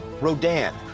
Rodan